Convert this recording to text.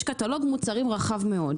יש קטלוג מוצרים רחב מאוד.